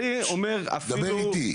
דבר איתי.